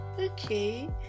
Okay